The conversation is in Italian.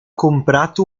comprato